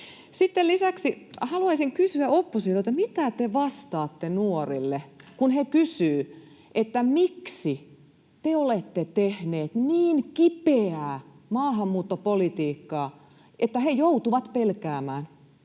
Lisäksi haluaisin kysyä oppositiolta, mitä te vastaatte nuorille, kun he kysyvät, miksi te olette tehneet niin kipeää maahanmuuttopolitiikkaa, että he joutuvat pelkäämään.